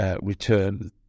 return